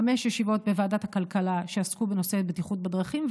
חמש ישיבות בוועדת הכלכלה שעסקו בנושא בטיחות בדרכים,